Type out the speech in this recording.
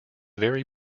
very